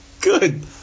Good